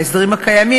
ההסדרים הקיימים,